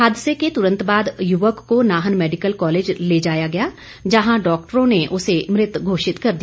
हादसे के तुरंत बाद युवक को नाहन मैडिकल कॉलेज ले जाया गया जहां डॉक्टरों ने उसे मृत घोषित कर दिया